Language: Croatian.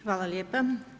Hvala lijepa.